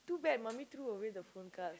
too bad mummy threw away the phone card